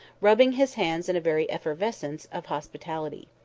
rubbing his hands in very effervescence of hospitality.